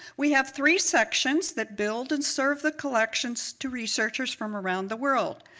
we have three sections that build and serve the collections to researchers from around the world.